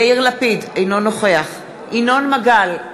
אינו נוכח ינון מגל,